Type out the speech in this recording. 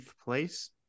place